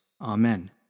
Amen